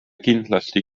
kindlasti